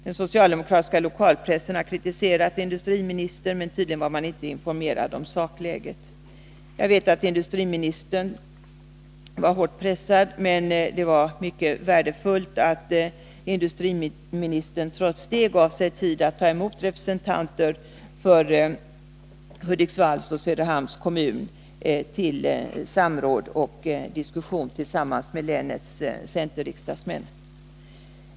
Den socialdemokratiska lokalpressen har kritiserat industriministern, men tydligen var man inte informerad om sakläget. Jag vet att industriministern var hårt pressad, men det var mycket värdefullt att industriministern trots det gav sig tid att ta emot representanter för Hudiksvalls och Söderhamns kommuner för samråd och diskussion tillsammans med länets centerriksdagsmän.